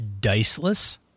Diceless